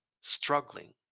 struggling